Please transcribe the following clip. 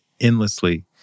endlessly